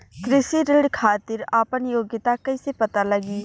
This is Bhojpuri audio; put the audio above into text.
कृषि ऋण के खातिर आपन योग्यता कईसे पता लगी?